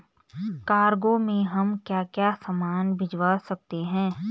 Cargo में हम क्या क्या सामान भिजवा सकते हैं?